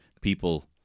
people